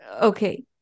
Okay